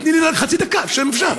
תני לי רק חצי דקה, אם אפשר.